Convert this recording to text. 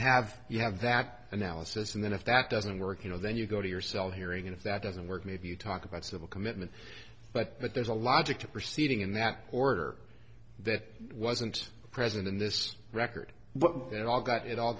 have you have that analysis and then if that doesn't work you know then you go to yourself hearing if that doesn't work maybe you talk about civil commitment but but there's a logic to proceeding in that order that wasn't present in this record at all got it all